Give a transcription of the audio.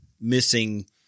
missing